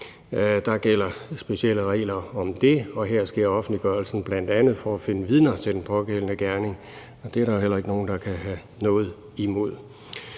Der gælder specielle regler om det, og her sker offentliggørelsen bl.a. for at finde vidner til den pågældende gerning, og det er der heller ikke nogen, der kan have noget imod.